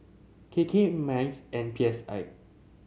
K K MICE and P S I